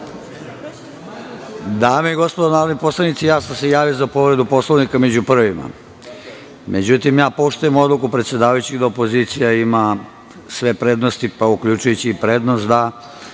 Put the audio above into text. Dame i gospodo narodni poslanici, ja sam se javio za povredu poslovnika među prvima. Međutim, poštujem odluku predsedavajućeg da opozicija ima sve prednosti, pa uključujući i prednost da